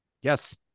Yes